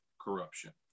corruption